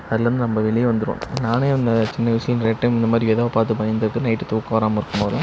அதுலிருந்து நம்ம வெளியே வந்திருவோம் நானே வந்து சின்ன வயசில் நிறைய டைம் இந்த மாதிரி ஏதாவது பார்த்து பயந்துகிட்டு நைட்டு தூக்கம் வராமல் இருக்கும் போது